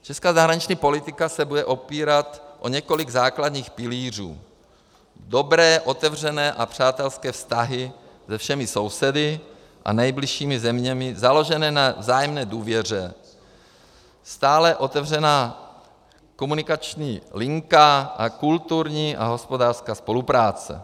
Česká zahraniční politika se bude opírat o několik základních pilířů dobré, otevřené a přátelské vztahy se všemi sousedy a nejbližšími zeměmi založené na vzájemné důvěře, stále otevřená komunikační linka a kulturní a hospodářská spolupráce.